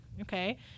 Okay